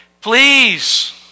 Please